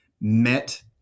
met